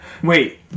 Wait